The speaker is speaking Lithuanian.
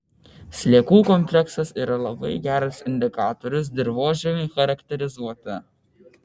sliekų kompleksas yra labai geras indikatorius dirvožemiui charakterizuoti